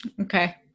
Okay